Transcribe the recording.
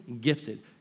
gifted